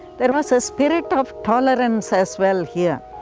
there was a spirit of tolerance as well here,